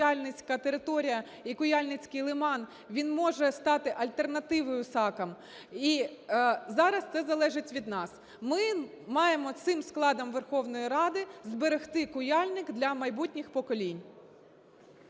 Куяльницька територія і Куяльницький лиман, він може стати альтернативою Сакам. І зараз це залежить від нас. Ми маємо цим складом Верховної Ради зберегти Куяльник для майбутніх поколінь.